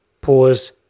Pause